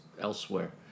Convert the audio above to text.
elsewhere